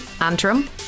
Antrim